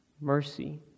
Mercy